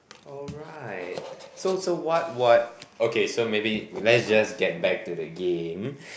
alright so so what what okay so maybe we let's just get back to the game